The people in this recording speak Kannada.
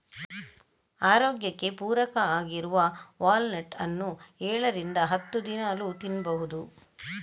ಆರೋಗ್ಯಕ್ಕೆ ಪೂರಕ ಆಗಿರುವ ವಾಲ್ನಟ್ ಅನ್ನು ಏಳರಿಂದ ಹತ್ತು ದಿನಾಲೂ ತಿನ್ಬಹುದು